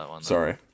Sorry